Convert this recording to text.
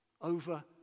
over